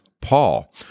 Paul